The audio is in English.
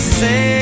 say